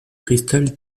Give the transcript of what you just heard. cristal